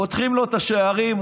פותחים לו את השערים,